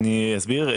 אני אסביר.